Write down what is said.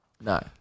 No